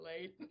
late